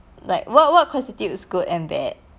like what what constitutes good and bad